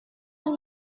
what